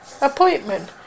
appointment